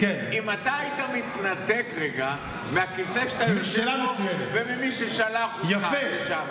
אם אתה היית מתנתק רגע מהכיסא שאתה יושב בו וממי ששלח אותך לשם,